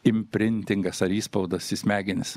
imprintingas ar įspaudas į smegenis